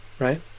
Right